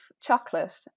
chocolate